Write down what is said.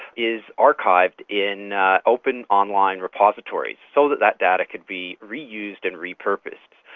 is archived in open online repositories so that that data can be reused and repurposed.